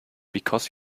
because